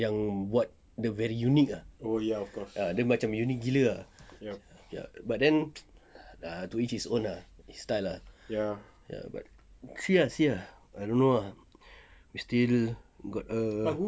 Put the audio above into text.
yang buat dia very unique ah dia macam unique gila ah but then ah to each its own ah style ah ya but see ah see ah I don't know ah we still got a